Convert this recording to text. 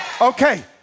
Okay